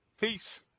Peace